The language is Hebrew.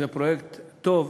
איזה פרויקט טוב,